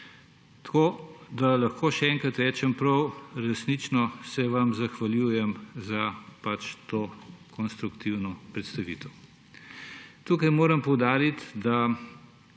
Tako da lahko še enkrat rečem, prav resnično se vam zahvaljujem za to konstruktivno predstavitev. Tukaj moram poudariti, da